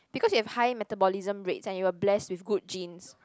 because you have high metabolism rates and you were blessed with good genes